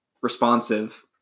responsive